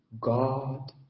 God